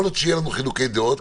יכול להיות שיהיו לנו חילוקי דעות,